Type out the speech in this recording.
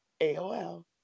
AOL